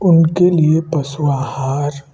उनके लिए पशु आहार